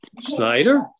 Snyder